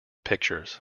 pictures